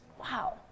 Wow